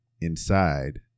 inside